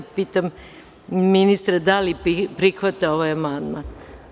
Pitam ministra, da li prihvata ovaj amandman?